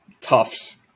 Tufts